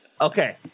Okay